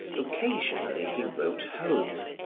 occasionally he wrote home,